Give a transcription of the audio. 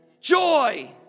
Joy